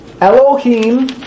Elohim